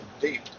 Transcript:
deep